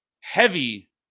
heavy